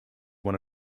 one